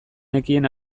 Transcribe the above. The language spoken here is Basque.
nekien